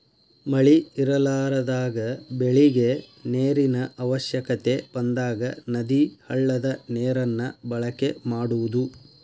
ಮಳಿ ಇರಲಾರದಾಗ ಬೆಳಿಗೆ ನೇರಿನ ಅವಶ್ಯಕತೆ ಬಂದಾಗ ನದಿ, ಹಳ್ಳದ ನೇರನ್ನ ಬಳಕೆ ಮಾಡುದು